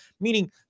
meaning